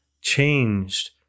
changed